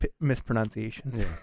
mispronunciation